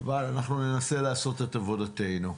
אבל אנחנו ננסה לעשות את עבודתנו.